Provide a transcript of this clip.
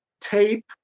tape